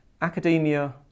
academia